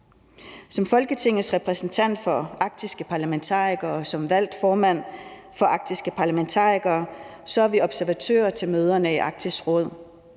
Som Folketingets repræsentant for arktiske parlamentarikere og som valgt formand for arktiske parlamentarikere er man observatør til møderne i Arktisk Råd.